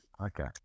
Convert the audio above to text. okay